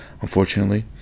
unfortunately